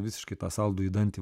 visiškai tą saldųjį dantį